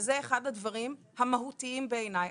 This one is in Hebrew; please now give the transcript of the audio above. וזה אחד הדברים המהותיים בעיניי.